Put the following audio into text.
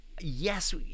Yes